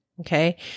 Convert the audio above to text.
Okay